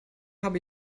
habe